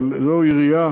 אבל זו עירייה